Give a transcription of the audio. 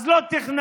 אז לא תכננת,